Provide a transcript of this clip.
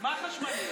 מה חשמלי?